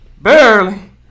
Barely